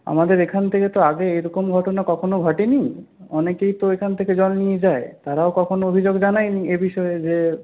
আমাদের এখান থেকে তো আগে এরকম ঘটনা কখনও ঘটেনি অনেকেই তো এখান থেকে জল নিয়ে যায় তারাও কখনো অভিযোগ জানায়নি এ বিষয়ে যে